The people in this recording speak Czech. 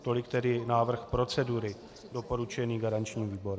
Tolik tedy návrh procedury doporučený garančním výborem.